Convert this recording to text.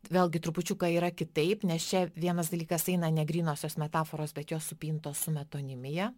vėlgi trupučiuką yra kitaip nes čia vienas dalykas eina ne grynosios metaforos bet jos supintos su metonimija